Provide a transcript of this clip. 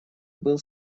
был